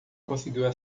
conseguiu